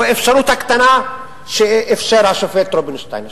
מהאפשרות הקטנה שאפשר השופט רובינשטיין.